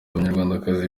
abanyarwandakazi